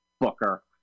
booker